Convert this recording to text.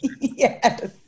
Yes